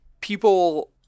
people